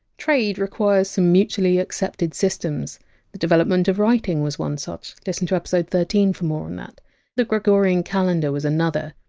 trade requires some mutually accepted systems the development of writing was one such listen to episode thirteen for more on that and the gregorian calendar was another.